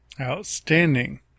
Outstanding